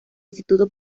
instituto